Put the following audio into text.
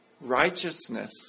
righteousness